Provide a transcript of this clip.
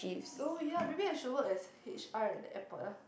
no ya maybe I should work as H_R in the airport ah